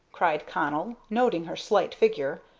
cried connell, noting her slight figure,